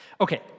Okay